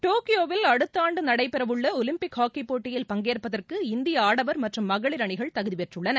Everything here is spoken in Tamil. டோக்கியோவில் அடுத்த ஆண்டு நடைபெறவுள்ள ஒலிம்பிக் ஹாக்கிப்போட்டியில் பங்கேற்பதற்கு இந்திய ஆடவர் மற்றும் மகளிர் அணிகள் தகுதி பெற்றுள்ளன